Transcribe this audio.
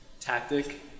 tactic